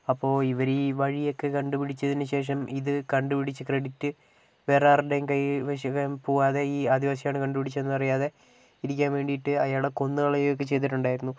അപ്പോൾ ഇവർ ഈ വഴിയൊക്കെ കണ്ടു പിടിച്ചതിനു ശേഷം ഇത് കണ്ടുപിടിച്ച ക്രെഡിറ്റ് വേറെ ആരുടെയും കൈവശം പോവാതെ ഈ ആദിവാസിയാണ് കണ്ടുപിടിച്ചതെന്ന് അറിയാതെ ഇരിക്കാൻ വേണ്ടിയിട്ട് അയാളെ കൊന്നുകളയുകയൊക്കെ ചെയ്തിട്ടുണ്ടായിരുന്നു